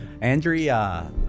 Andrea